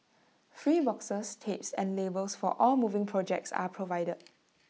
free boxes tapes and labels for all moving projects are provided